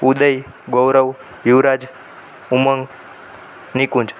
Uday Gaurav Yuvraj Umang Nikunj